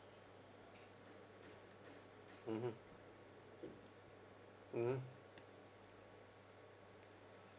mmhmm mmhmm